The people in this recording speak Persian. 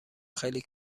خیلی